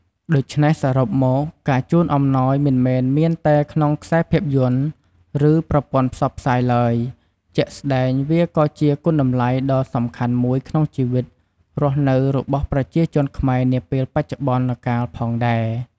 ដូច្នេះ សរុបមកវិញ ការជូនអំណោយមិនមែនមានតែក្នុងខ្សែភាពយន្ត ឬ ប្រព័ន្ធផ្សព្វផ្សាយឡើយ ជាក់ស្ដែង វាក៏ជាគុណតម្លៃដ៏សំខាន់មួយក្នុងជីវិតរស់នៅរបស់ប្រជាជនខ្មែរនាពេលបច្ចុប្បន្នកាលផងដែរ។